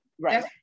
right